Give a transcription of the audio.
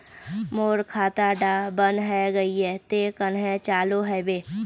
मोर खाता डा बन है गहिये ते कन्हे चालू हैबे?